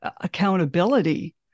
accountability